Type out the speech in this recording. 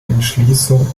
entschließung